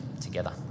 together